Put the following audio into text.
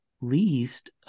least